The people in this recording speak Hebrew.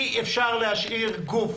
אי אפשר להשאיר גוף